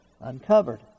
uncovered